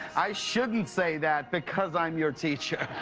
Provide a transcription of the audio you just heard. i shouldn't say that because i'm your teacher.